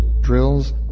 drills